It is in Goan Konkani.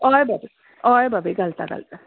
हय भाभी हय भाभी घालतां घालतां